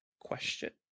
Question